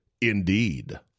Indeed